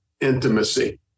intimacy